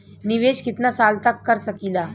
निवेश कितना साल तक कर सकीला?